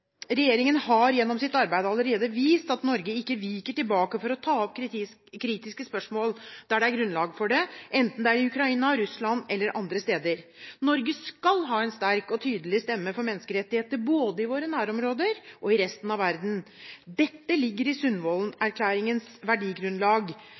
regjeringen har gjennom sitt arbeid allerede vist at Norge ikke viker tilbake for å ta opp kritiske spørsmål der det er grunnlag for det, enten det er i Ukraina, Russland eller andre steder. Norge skal ha en sterk og tydelig stemme for menneskerettigheter, i både våre nærområder og resten av verden. Det ligger i